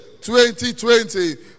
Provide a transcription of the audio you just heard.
2020